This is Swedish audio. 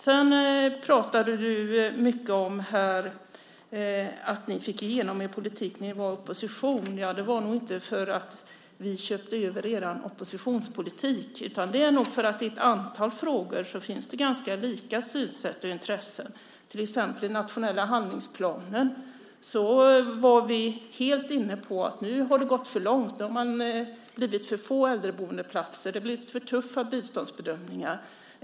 Du talade här mycket om att ni fick igenom er politik när ni var i opposition. Det var nog inte för att vi köpte er oppositionspolitik. Det är nog för att det i ett antal frågor finns ganska lika synsätt och intressen. När det till exempel gäller nationella handlingsplanen var vi helt inne på att det nu har gått för långt. Det har blivit för få äldreboendeplatser. Det har blivit för tuffa biståndsbedömningar.